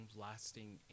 lasting